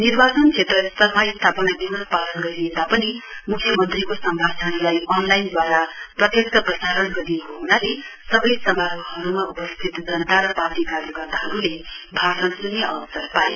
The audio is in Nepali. निर्वाचन क्षेत्र स्तरमा स्थापना दिवस पालन गरिए तापनि म्ख्य मन्त्रीको सम्भाषणलाई अनलाइद्वारा प्रत्यक्ष प्रसारण गरिएको हनाले सबै समारोहमा उपस्थित जनता र पार्टी कार्यकर्ताहरूले भाषण सुन्ने अवसर पाए